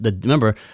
remember